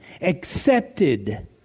accepted